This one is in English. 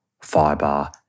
fiber